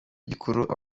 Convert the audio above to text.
gikurura